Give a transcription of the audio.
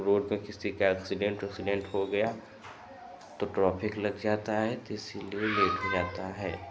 road में किसी का एक्सीडेंट उक्सीडेंट हो गया तो ट्रफिक लग जाता है त इसलिए ये रहता है